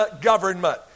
government